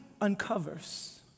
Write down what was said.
uncovers